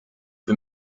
wir